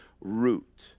root